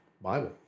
Bible